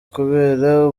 kubera